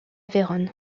vérone